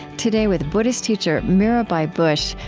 today, with buddhist teacher, mirabai bush,